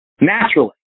Naturally